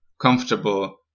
comfortable